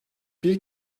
bir